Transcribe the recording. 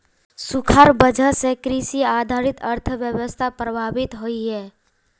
सुखार वजह से कृषि आधारित अर्थ्वैवास्था प्रभावित होइयेह